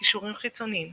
קישורים חיצוניים